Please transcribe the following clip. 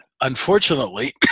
Unfortunately